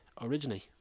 originally